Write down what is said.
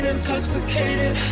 Intoxicated